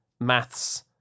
maths